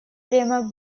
время